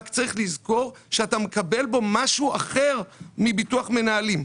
רק צריך לזכור שאתה מקבל בו משהו אחר מביטוח מנהלים.